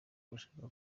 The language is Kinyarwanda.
bashaka